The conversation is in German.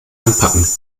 anpacken